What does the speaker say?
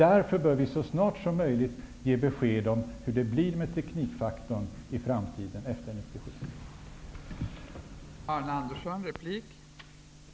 Därför bör vi så snart som möjligt ge besked om teknikfaktorn för framtiden efter 1997.